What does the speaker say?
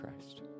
Christ